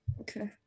Okay